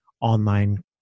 online